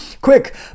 quick